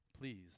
please